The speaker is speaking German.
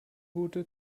boote